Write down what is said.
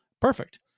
Perfect